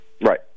Right